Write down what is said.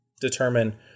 determine